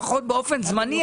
לפחות באופן זמני,